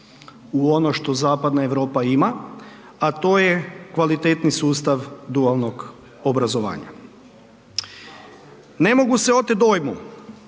u ono što zapadna Europa ima, a to je kvalitetni sustav dualnog obrazovanja. Ne mogu se oteti dojmu